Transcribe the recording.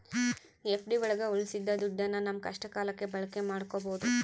FD ಒಳಗ ಉಳ್ಸಿದ ದುಡ್ಡನ್ನ ನಮ್ ಕಷ್ಟ ಕಾಲಕ್ಕೆ ಬಳಕೆ ಮಾಡ್ಬೋದು